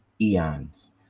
eons